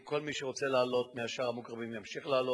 כל מי שרוצה לעלות משער המוגרבים ימשיך לעלות,